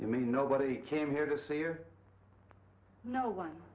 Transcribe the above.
you mean nobody came here to see you no one